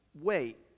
wait